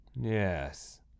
yes